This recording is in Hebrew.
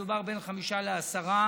מדובר בחמישה עד עשרה